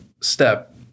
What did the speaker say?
step